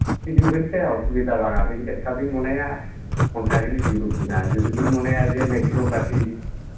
ᱦᱤᱡᱩᱜ ᱵᱮᱱ ᱥᱮ ᱚᱥᱩᱵᱤᱫᱷᱟ ᱵᱟᱝ ᱟᱹᱵᱤᱱ ᱪᱮᱫᱠᱟ ᱵᱤᱱ ᱢᱚᱱᱮᱭᱟ ᱚᱱᱠᱟ ᱜᱮᱞᱤᱧ ᱡᱩᱞᱩᱯ ᱵᱤᱱᱟ ᱡᱩᱫᱤᱵᱮᱱ ᱢᱚᱱᱮᱭᱟ ᱱᱮᱜᱽᱨᱳ ᱠᱟᱴᱤᱱ